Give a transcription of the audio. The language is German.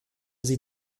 sie